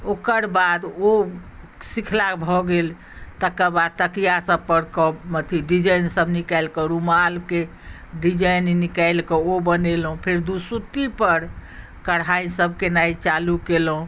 ओकरबाद ओ सिखला भऽ गेल तकरबाद तकिया सभपर कऽ अथी डिजाइनसभ निकालि कऽ रुमालके डिजाइन निकालि कऽ ओ बनेलहुँ फेर दूसुत्तीपर कढ़ाइसभ केनाइ चालू केलहुँ